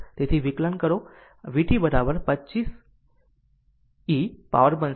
તેથી જો વિક્લાન લો તો તે vt 50e પાવરમાં બનશે 10 t મિલી વોલ્ટ છે